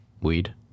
Weed